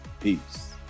Peace